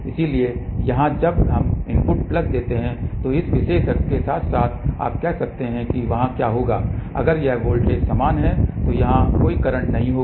इसलिए यहाँ जब हम इनपुट प्लस देते हैं तो इस विशेष अक्ष के साथ साथ आप कह सकते हैं कि वहाँ होगा अगर यह वोल्टेज समान है तो यहाँ कोई करंट नहीं होगा